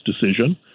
decision